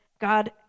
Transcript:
God